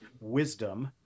wisdom